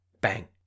Bang